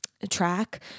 track